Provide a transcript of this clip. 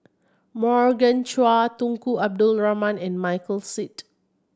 Morgan Chua Tunku Abdul Rahman and Michael Seet